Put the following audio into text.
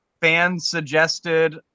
fans-suggested